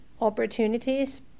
opportunities